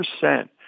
percent